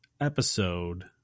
episode